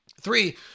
three